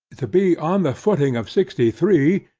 to be on the footing of sixty-three,